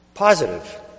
Positive